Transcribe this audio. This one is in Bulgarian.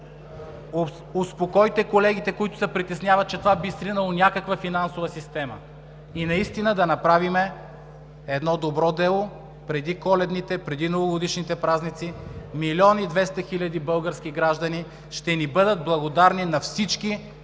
Успокойте колегите, които се притесняват, че това би сринало някаква финансова система, и наистина да направим едно добро дело преди коледните, преди новогодишните празници – милион и двеста хиляди български граждани ще ни бъдат благодарни на всички,